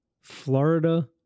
Florida